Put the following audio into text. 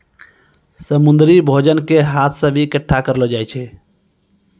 समुन्द्री भोजन के हाथ से भी इकट्ठा करलो जाय छै